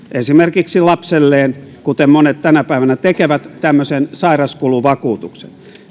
esimerkiksi lapselleen kuten monet tänä päivänä tekevät tämmöisen sairauskuluvakuutuksen